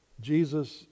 Jesus